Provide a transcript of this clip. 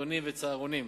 משפחתונים וצהרונים,